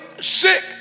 sick